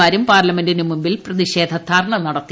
മാരും പാർലമെന്റിനു മുന്നിൽ പ്രതിഷേധ ധർണ്ണ നടത്തി